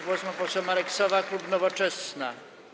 Głos ma poseł Marek Sowa, klub Nowoczesna.